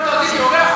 אתה קיבלת אותי כאורח?